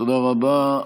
תודה רבה.